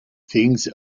things